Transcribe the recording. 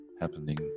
happening